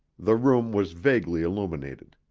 the room was vaguely illuminated.